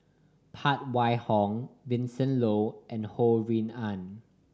Phan Wait Hong Vincent Leow and Ho Rui An